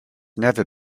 never